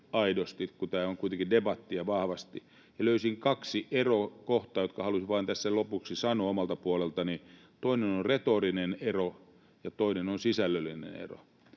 aidosti, kun tämä on kuitenkin vahvasti debattia, niin löysin kaksi erokohtaa, jotka halusin vain tässä lopuksi sanoa omalta puoleltani: yksi on retorinen ero, ja toinen on sisällöllinen ero.